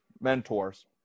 mentors